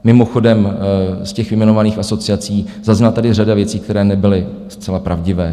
Mimochodem, z těch vyjmenovaných asociací zazněla tady řada věcí, které nebyly zcela pravdivé.